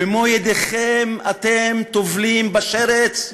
במו ידיכם אתם טובלים, והשרץ,